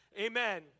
Amen